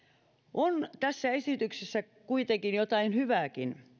on tässä esityksessä kuitenkin jotain hyvääkin